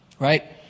Right